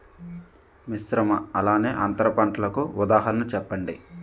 మిశ్రమ అలానే అంతర పంటలకు ఉదాహరణ చెప్పండి?